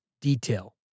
detail